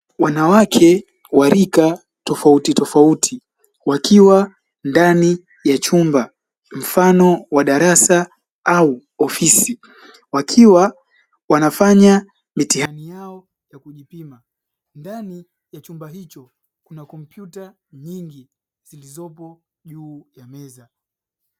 Wanawake wa rika tofautitofauti wakiwa ndani ya chumba mfano wa darasa au ofisi wakiwa wanafanya mitihani yao ya kujipima, ndani ya chumba hicho kuna kompyuta nyingi zilizopo juu ya meza.